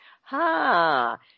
Ha